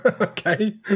Okay